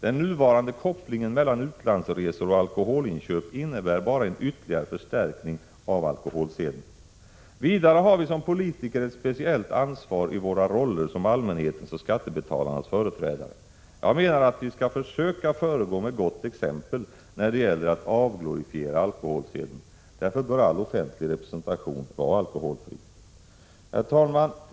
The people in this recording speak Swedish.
Den nuvarande kopplingen mellan utlandsresor och alkoholinköp innebär bara en ytterligare förstärkning av alkoholseden. Vidare har vi som politiker ett speciellt ansvar i våra roller som allmänhetens och skattebetalarnas företrädare. Jag menar att vi skall försöka föregå med gott exempel när det gäller att avglorifiera alkoholseden. Därför bör all offentlig representation vara alkoholfri. Herr talman!